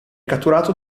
catturato